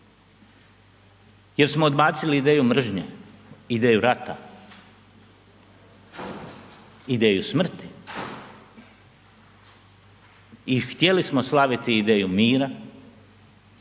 jer smo odbacili ideju mržnje, ideju rata, ideju smrti i htjeli smo slaviti ideju mira,